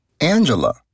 Angela